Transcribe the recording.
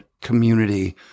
community